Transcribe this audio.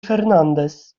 фернандес